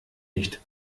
nicht